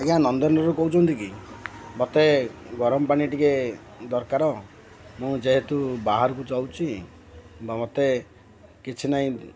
ଆଜ୍ଞା ନନ୍ଦନରୁ କହୁଛନ୍ତି କି ମୋତେ ଗରମ ପାଣି ଟିକେ ଦରକାର ମୁଁ ଯେହେତୁ ବାହାରକୁ ଯାଉଛି ବା ମୋତେ କିଛି ନାଇଁ